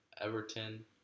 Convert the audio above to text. Everton